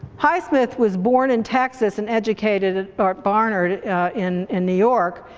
highsmith was born in texas and educated at um barnard in in new york,